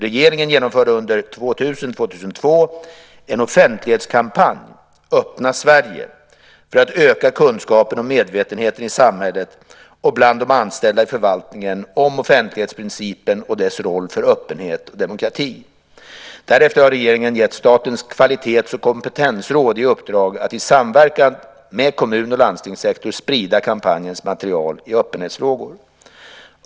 Regeringen genomförde under 2000-2002 en offentlighetskampanj, Öppna Sverige, för att öka kunskapen och medvetenheten i samhället och bland de anställda i förvaltningen om offentlighetsprincipen och dess roll för öppenhet och demokrati. Därefter har regeringen gett Statens kvalitets och kompetensråd, KKR, i uppdrag att i samverkan med kommun och landstingssektor sprida kampanjens material i öppenhetsfrågor.